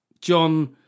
John